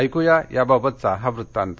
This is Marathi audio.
एकू या त्याबाबतचा हा वृत्तांत